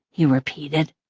he repeated.